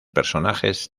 personajes